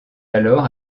alors